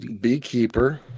Beekeeper